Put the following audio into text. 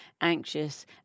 anxious